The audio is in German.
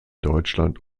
deutschland